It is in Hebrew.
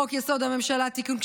חוק-יסוד: הממשלה (תיקון,